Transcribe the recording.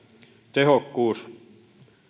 tehokkuus